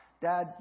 Dad